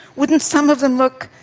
wouldn't some of them look,